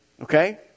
Okay